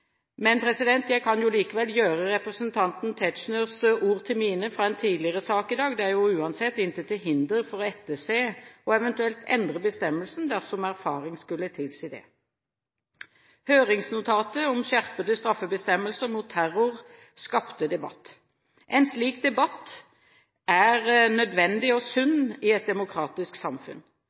Men jeg kan likevel gjøre representanten Tetzschners ord fra en tidligere sak i dag, til mine: Det er uansett intet til hinder for å etterse og eventuelt endre bestemmelsen, dersom erfaring skulle tilsi det. Høringsnotatet om skjerpede straffebestemmelser mot terror skapte debatt. En slik debatt er nødvendig og sunt i et demokratisk samfunn.